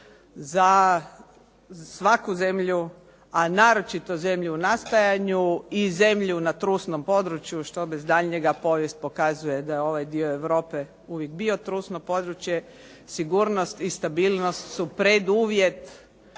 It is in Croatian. Za svaku zemlju, a naročito zemlju u nastajanju i zemlju na trusnom području što bez daljnjega povijest pokazuje da je ovaj dio Europe uvijek bio trusno područje, sigurnost i stabilnost su preduvjet